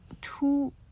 two